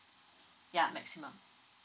ya maximum